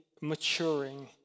maturing